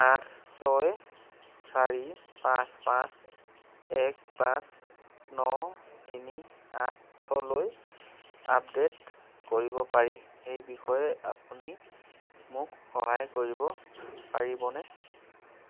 আঠ ছয় চাৰি পাঁচ পাঁচ এক পাঁচ ন তিনি আঠলৈ আপডে'ট কৰিব পাৰি সেই বিষয়ে আপুনি মোক সহায় কৰিব পাৰিবনে